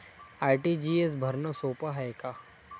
RTGS भरनं सोप हाय का?